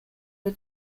are